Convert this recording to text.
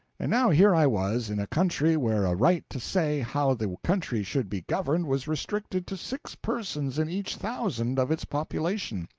and now here i was, in a country where a right to say how the country should be governed was restricted to six persons in each thousand of its population.